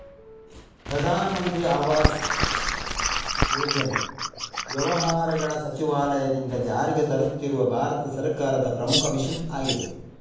ಪ್ರಧಾನ ಮಂತ್ರಿ ಆವಾಸ್ ಯೋಜನೆ ವ್ಯವಹಾರಗಳ ಸಚಿವಾಲಯದಿಂದ ಜಾರಿಗೆ ತರುತ್ತಿರುವ ಭಾರತ ಸರ್ಕಾರದ ಪ್ರಮುಖ ಮಿಷನ್ ಆಗಿದೆ